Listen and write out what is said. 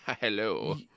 Hello